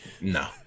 No